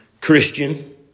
Christian